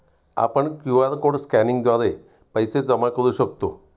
आपण QR code स्कॅनिंगद्वारे पैसे जमा करू शकतो